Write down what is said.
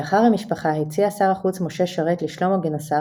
לאחר המלחמה הציע שר החוץ משה שרת לשלמה גינוסר